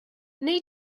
wnei